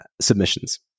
submissions